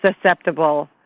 susceptible